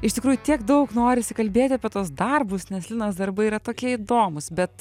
iš tikrųjų tiek daug norisi kalbėti apie tuos darbus nes linos darbai yra tokie įdomūs bet